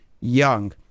young